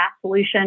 solution